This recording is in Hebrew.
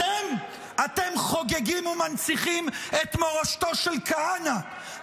אתם חוגגים ומנציחים את מורשתו של כהנא,